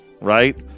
right